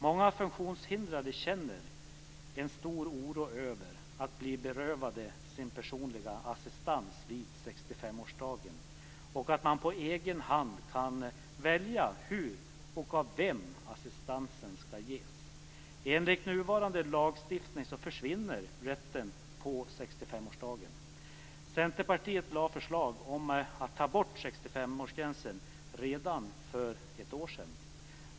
Många funktionshindrade känner en stor oro över att bli berövade sin personliga assistans på 65-årsdagen. Det gäller möjligheten att på egen hand kunna välja hur och av vem assistansen skall ges. Enligt nuvarande lagstiftning försvinner den rätten på 65-årsdagen. 65-årsgränsen redan för ett år sedan.